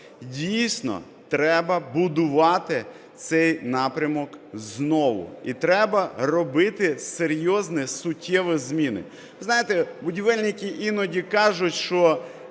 Дійсно, треба будувати цей напрямок знову. І треба робити серйозні суттєві зміни. Ви знаєте, будівельники іноді кажуть, що